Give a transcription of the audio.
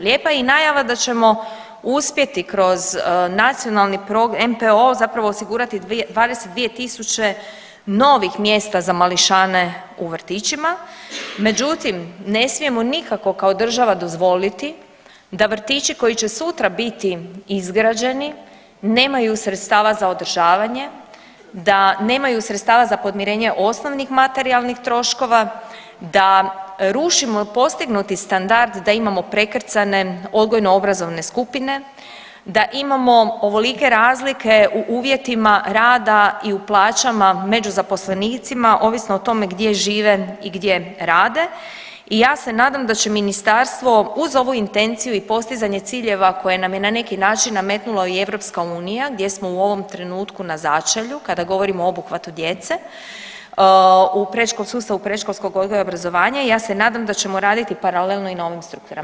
Lijepa je i najava da ćemo uspjeti kroz NPOO zapravo osigurati 22 tisuće novih mjesta za mališane u vrtićima, međutim ne smijemo nikako kao država dozvoliti da vrtići koji će sutra biti izgrađeni nemaju sredstava za održavanje, da nemaju sredstava za podmirenje osnovnih materijalnih troškova, da rušimo postignuti standard da imamo prekrcane odgojno obrazovne skupine, da imamo ovolike razlike u uvjetima rada i u plaćama među zaposlenicima ovisno o tome gdje žive i gdje rade i ja se nadam da će ministarstvo uz ovu intenciju i postizanje ciljeva koje nam je na neki način nametnula i EU gdje smo u ovom trenutku na začelju kada govorimo o obuhvatu djece u sustavu predškolskog odgoja i obrazovanja i ja se nadam da ćemo raditi paralelno i na ovim strukturama.